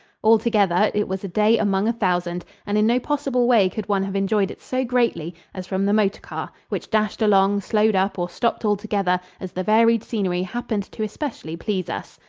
altogether, it was a day among a thousand, and in no possible way could one have enjoyed it so greatly as from the motor car, which dashed along, slowed up, or stopped altogether, as the varied scenery happened to especially please us.